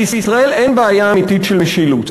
בישראל אין בעיה אמיתית של משילות.